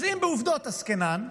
אז אם בעובדות עסקינן,